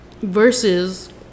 versus